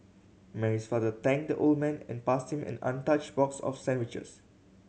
Mary's father thanked the old man and passed him an untouched box of sandwiches